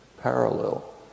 parallel